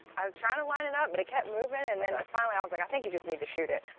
i was trying to line it and up, but it kept moving and then finally i was like, i think you just need to shoot it,